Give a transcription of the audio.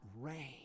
rain